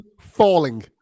falling